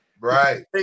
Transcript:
Right